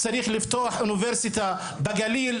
צריך לפתוח אוניברסיטה בגליל,